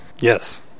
Yes